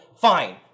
fine